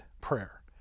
prayer